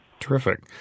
Terrific